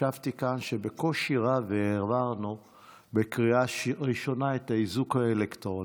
ישבתי כאן כשבקושי רב העברנו בקריאה ראשונה את האיזוק האלקטרוני.